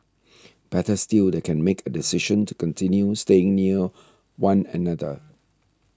better still they can make a decision to continue staying near one another